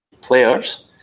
players